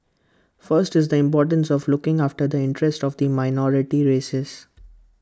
first is the importance of looking after the interest of the minority races